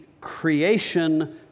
creation